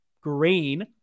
green